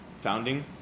founding